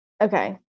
Okay